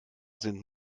sind